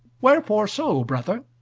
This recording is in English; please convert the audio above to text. wherefore so, brother?